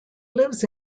lives